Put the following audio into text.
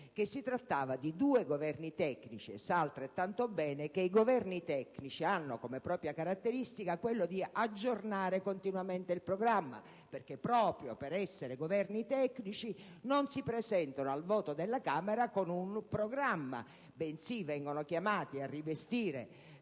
che si trattava di due Governi tecnici, e sa altrettanto bene che i Governi tecnici hanno come propria caratteristica quella di aggiornare continuamente il programma. Proprio per essere Governi tecnici, infatti, essi non si presentano al voto della Camera con un programma, bensì vengono chiamati a rivestire